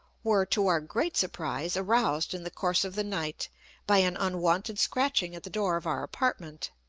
were, to our great surprise, aroused in the course of the night by an unwonted scratching at the door of our apartment,